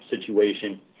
situation